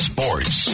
Sports